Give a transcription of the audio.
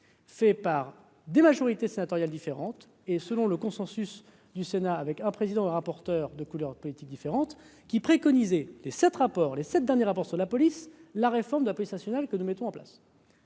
fait par des majorité sénatoriale différentes et, selon le consensus du Sénat avec un président et rapporteur de couleurs politiques différentes qui préconisait les 7 rapports les 7 derniers rapports sur la police, la réforme de la police nationale que nous mettons en place.